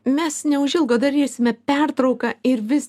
mes neužilgo darysime pertrauką ir vis